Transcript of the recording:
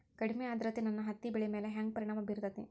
ಕಡಮಿ ಆದ್ರತೆ ನನ್ನ ಹತ್ತಿ ಬೆಳಿ ಮ್ಯಾಲ್ ಹೆಂಗ್ ಪರಿಣಾಮ ಬಿರತೇತಿ?